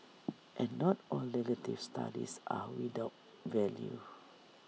and not all negative studies are without value